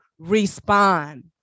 respond